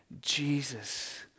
Jesus